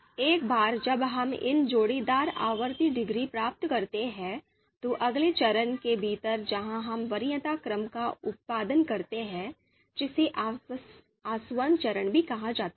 एक बार जब हम इन जोड़ीदार आवर्ती डिग्री प्राप्त करते हैं तो अगले चरण के भीतर जहां हम वरीयता क्रम का उत्पादन करते हैं जिसे आसवन चरण भी कहा जाता है